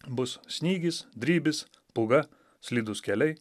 bus snygis drybis pūga slidūs keliai